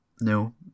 no